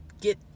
get